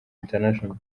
international